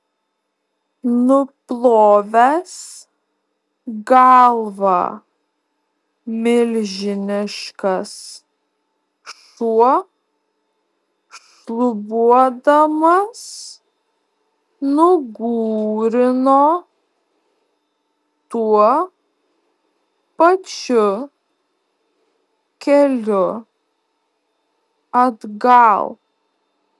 nuplovęs galvą milžiniškas šuo šlubuodamas nugūrino tuo pačiu keliu atgal